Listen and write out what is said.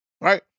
Right